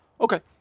okay